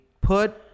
put